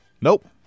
Nope